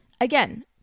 again